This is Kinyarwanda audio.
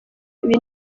ibindi